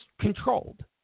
controlled